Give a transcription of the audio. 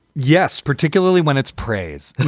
yes, particularly when it's praise, and